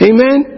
Amen